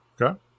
Okay